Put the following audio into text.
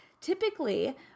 typically